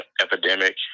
epidemic